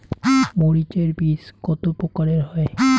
মরিচ এর বীজ কতো প্রকারের হয়?